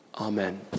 amen